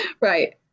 right